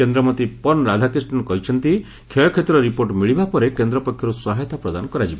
କେନ୍ଦ୍ରମନ୍ତ୍ରୀ ପନ୍ ରାଧାକ୍ରିଷ୍ଣନ୍ କହିଛନ୍ତି କ୍ଷୟକ୍ଷତିର ରିପୋର୍ଟ ମିଳିବା ପରେ କେନ୍ଦ୍ର ପକ୍ଷରୁ ସହାୟତା ପ୍ରଦାନ କରାଯିବ